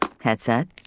Headset